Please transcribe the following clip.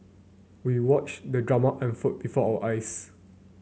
we watched the drama unfold before our eyes